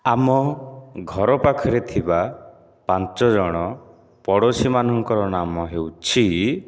ଆମ ଘର ପାଖରେ ଥିବା ପାଞ୍ଚ ଜଣ ପଡ଼ୋଶୀ ମାନଙ୍କର ନାମ ହେଉଛି